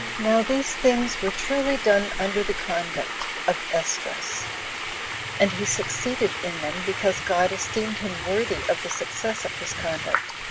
now these things were truly done under the conduct of esdras and he succeeded in them, because god esteemed him worthy of the success of his conduct,